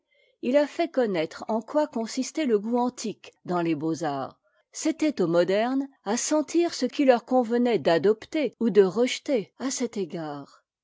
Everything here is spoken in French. il a fait connaître en quoi consistait le goût antique dans les beaux-arts c'était aux modernes à sentir ce qu'il leur convenait d'adopter ou de rejeter à cet égard